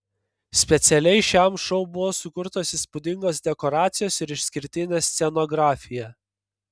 specialiai šiam šou buvo sukurtos įspūdingos dekoracijos ir išskirtinė scenografija